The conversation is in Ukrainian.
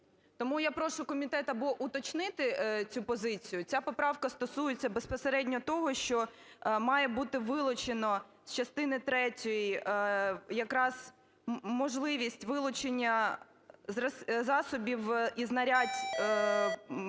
Тому я прошу комітет або уточнити цю позицію. Ця поправка стосується безпосередньо того, що має бути вилучено з частини третьої якраз можливість вилучення засобів і знарядь